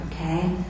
Okay